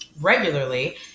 regularly